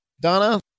Donna